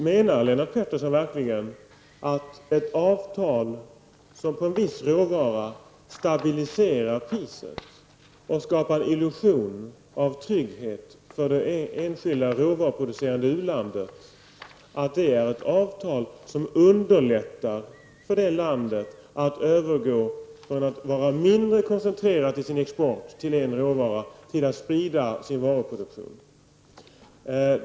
Menar Lennart Pettersson verkligen att ett avtal som för en viss råvara stabiliserar priset och skapar illusion av trygghet för det enskilda råvaruproducerande ulandet är ett avtal som underlättar för det landet att övergå från att vara mindre koncentrerat till en råvara i sin export till att sprida sin varuproduktion?